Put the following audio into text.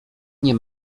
nie